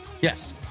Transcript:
Yes